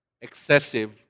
excessive